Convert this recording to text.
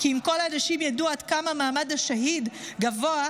כי אם כל האנשים ידעו עד כמה מעמד השהיד גבוה,